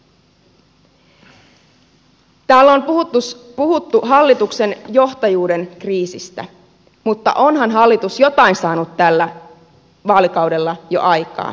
täällä on puhuttu hallituksen johtajuuden kriisistä mutta onhan hallitus jotain saanut tällä vaalikaudella jo aikaan